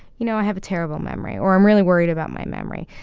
you know, i have a terrible memory, or i'm really worried about my memory.